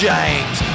James